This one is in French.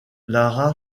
lara